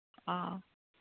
ꯑꯥ